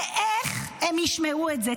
ואיך הן ישמעו את זה?